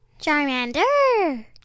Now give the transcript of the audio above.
Charmander